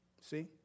See